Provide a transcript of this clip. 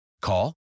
Call